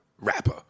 rapper